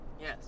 Yes